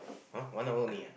!huh! one hour only ah